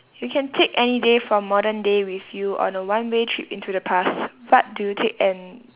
you can take any day from modern day with you on a one way trip into the past what do you take and